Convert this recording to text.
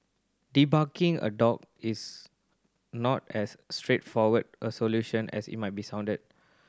debarking a dog is not as straightforward a solution as it might be sounded